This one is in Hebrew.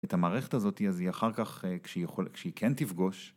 ‫את המערכת הזאת, ‫אז היא אחר כך, כשהיא כן תפגוש...